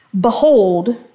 Behold